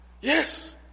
Yes